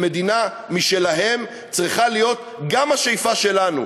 למדינה משלהם צריכה להיות גם השאיפה שלנו,